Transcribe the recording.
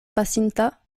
pasinta